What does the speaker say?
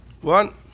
one